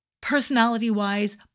personality-wise